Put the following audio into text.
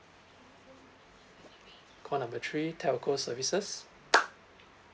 call number three telco services